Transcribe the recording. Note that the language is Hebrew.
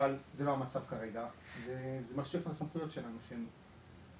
אבל זה לא המצב כרגע וזה לא בסל הסמכויות שלנו שהם לא